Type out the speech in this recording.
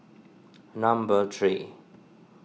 number three